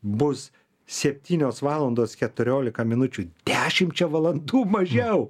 bus septynios valandos keturiolika minučių dešimčia valandų mažiau